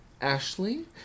Ashley